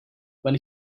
when